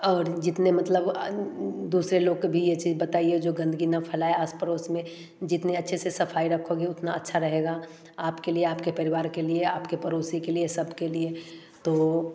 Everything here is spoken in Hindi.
और जितने मतलब उन दुसरे लोग को भी ये चीज बताइए जो गन्दगी ना फैलाएँ आस पड़ोस में जितने अच्छे से सफाई रखोगे उतना अच्छा रहेगा आपके लिए आपके परिवार के लिए आपके पड़ोसी के लिए सबके लिए तो